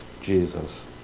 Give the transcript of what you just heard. Jesus